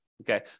Okay